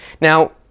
Now